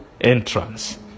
entrance